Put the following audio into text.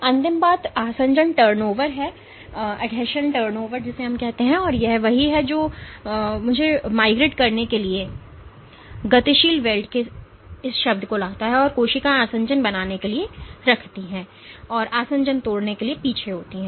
अंतिम बात आसंजन टर्नओवर है और यही वह है जो मुझे माइग्रेट करने के लिए गतिशील वेल्ड के इस शब्द को लाता है कोशिकाएं आसंजन बनाने के लिए रखती हैं और आसंजन तोड़ने के लिए पीछे होती हैं